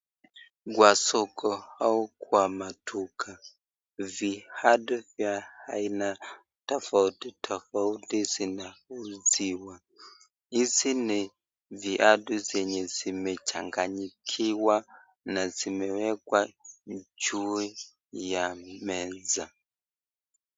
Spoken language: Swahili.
Kwa soko au kwa maduka viatu vya aina tofauti tofauti zinauziwa, hizi ni viatu zenye zimechanganyikiwa na zimewekwa juu ya meza.